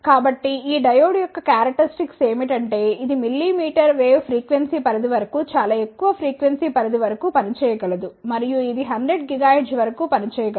కాబట్టి ఈ డయోడ్ యొక్క క్యారక్టరిస్టిక్స్ ఏమిటంటే ఇది మిల్లీమీటర్ వేవ్ ఫ్రీక్వెన్సీ పరిధి వరకు చాలా ఎక్కువ ఫ్రీక్వెన్సీ పరిధి వరకు పనిచేయగలదు మరియు ఇది 100 GHz వరకు పనిచేయగలదు